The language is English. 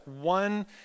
one